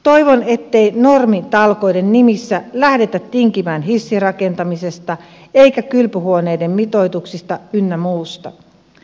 toivon ettei normitalkoiden nimissä lähdetä tinkimään hissirakentamisesta eikä kylpyhuoneiden mitoituksista ynnä muuta